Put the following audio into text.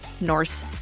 Norse-